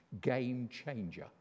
game-changer